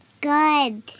Good